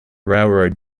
railroad